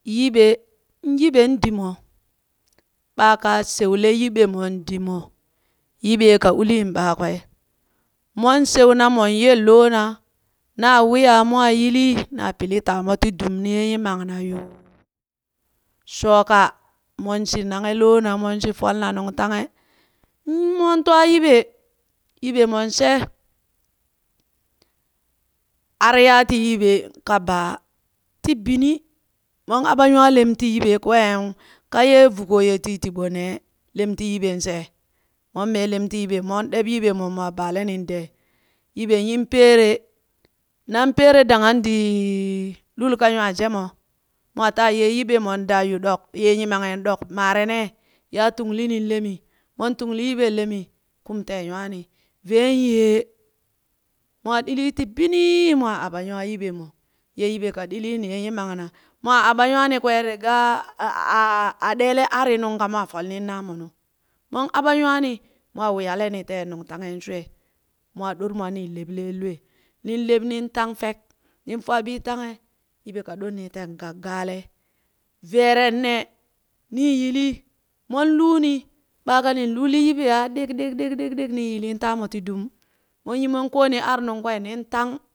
Yiɓee, Nyiɓen dimwa baakaa shewle yiɓemon dimo, Yiɓee ka uliin ɓaakwee mon shewna mon yele loona, naa wiyaa mwaa yilii, naa pili taamo ti dum niyee nyimam na yuuuu, shooka monshi nanghe loona mon shi folna nungtahe, mmon twaa yiɓe, yiɓemon she, aryaa ti yiɓen kabaa. Ti binii mon aɓa nywaalem ti yiɓe; kween ka ye vugoo ye tiitiɓo nee lem ti yiɓen she, mon mee lem ti yibe mon ɗeb yiɓemo mwaa baaleniin dee yiɓen yin peere, nan peere danghan dii lul ka nywaajemo mwaa taa yee yiɓemon daa yu ɗok, ye nyimamiin ɗok maare nee yiya tunglinin lemii, mon tungli yiɓen lemii kum tee nywaani, veen yee, mwaa ɗilii ti binii mwaa aɓa nywaa yiɓemo ye yiɓee ka dili niye nyimamna mwaa aɓa nywaanikwe a rigaa ah- ah- ah ɗele ari nuŋ ka mwaa folenin naamonu, mon aɓa nywaani, mwaa wuyaleni teen nungtanghen shwee mwaa doremwaa nii lebleen lwee, nin leb nin tang fek nin faa bii tanghe yiɓee ka ɗornii teen ka gaalee, veeren ne, nii yilii mon luuni ɓaaka nin luulii yiɓe aa ɗik=ɗik-ɗik-ɗik-ɗik nii yiliin taamo ti dum, mon yi mon kooni ar nungkwee nin tang.